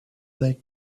they